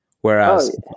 Whereas